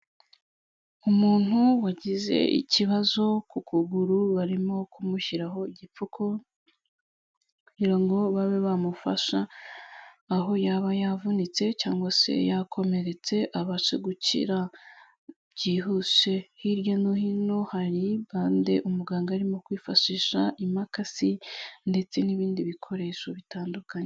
Umuntu wagize ikibazo ku kuguru barimo kumushyiraho igipfuko kugira ngo babe bamufasha aho yaba yavunitse cyangwa se yakomeretse abashe gukira byihuse. Hirya no hino hari bande umuganga arimo kwifashisha, impakasi ndetse n'ibindi bikoresho bitandukanye.